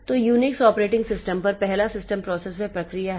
तो UNIX operating system पर पहला सिस्टम प्रोसेस वह प्रक्रिया है जिसका नाम init है